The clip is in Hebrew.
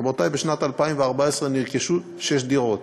רבותי, בשנת 2014 נרכשו שש דירות.